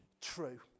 true